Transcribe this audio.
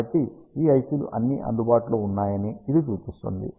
కాబట్టి ఈ IC లు అన్నీ అందుబాటులో ఉన్నాయని ఇది సూచిస్తుంది